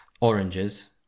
oranges